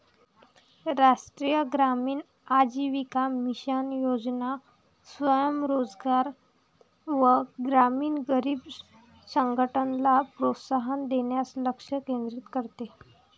राष्ट्रीय ग्रामीण आजीविका मिशन योजना स्वयं रोजगार व ग्रामीण गरीब संघटनला प्रोत्साहन देण्यास लक्ष केंद्रित करते